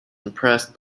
impressed